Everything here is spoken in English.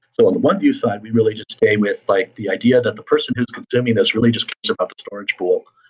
so on the oneview side, we really just game with like the idea that the person is consuming this really just consume so up the storage pool,